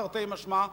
תרתי משמע,